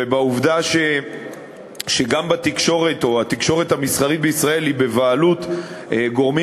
ובעובדה שהתקשורת המסחרית בישראל היא בבעלות גורמים